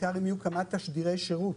בעיקר אם יהיו כמה תשדירי שירות,